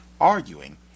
arguing